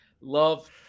Love